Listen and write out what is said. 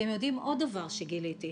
ועוד דבר שגיליתי,